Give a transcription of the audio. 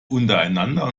untereinander